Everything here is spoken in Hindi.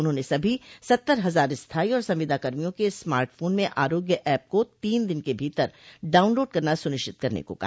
उन्होंने सभी सत्तर हजार स्थायी और संविदा कर्मियों के स्मार्ट फोन में आरोग्य ऐप को तीन दिन के भीतर डॉउनलोड करना सुनिश्चित करने को कहा